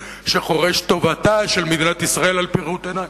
שרואה את טובתה של מדינת ישראל על-פי ראות עיני,